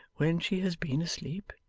when she has been asleep,